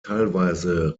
teilweise